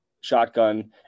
shotgun